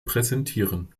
präsentieren